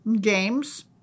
games